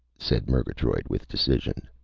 said murgatroyd, with decision.